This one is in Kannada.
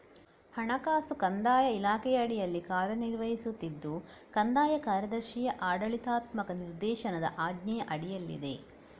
ಹಣಕಾಸು ಕಂದಾಯ ಇಲಾಖೆಯ ಅಡಿಯಲ್ಲಿ ಕಾರ್ಯ ನಿರ್ವಹಿಸುತ್ತಿದ್ದು ಕಂದಾಯ ಕಾರ್ಯದರ್ಶಿಯ ಆಡಳಿತಾತ್ಮಕ ನಿರ್ದೇಶನದ ಆಜ್ಞೆಯ ಅಡಿಯಲ್ಲಿದೆ